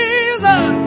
Jesus